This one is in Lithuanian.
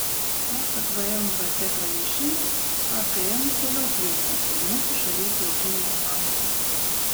pasak vmvt pranešimo akm toliau plinta ir mūsų šalies laukinėje faunoje